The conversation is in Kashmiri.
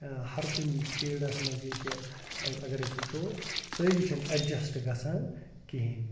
ہَر کُنہِ فیٖلڈَس منٛز ییٚتہِ اَگر أسۍ وٕچھو سٲری چھِنہٕ اٮ۪ڈجَسٹ گَژھان کِہیٖنۍ